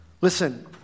Listen